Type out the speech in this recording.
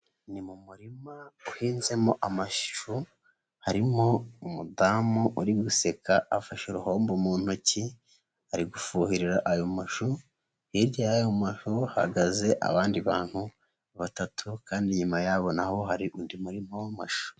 Ni mu murima uhinzemo amashu, harimo umudamu uri guseka afashe uruhombo mu ntoki, ari gufuherera ayo mashu, hirya y'ayo mashu, hahagaze abandi bantu batatu kandi inyuma yaho na ho hari undi murima w'amashu.